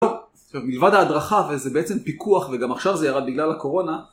טוב, מלבד ההדרכה, וזה בעצם פיקוח, וגם עכשיו זה ירד בגלל הקורונה,